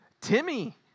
Timmy